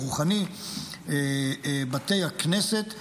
הרוחני בתי הכנסת,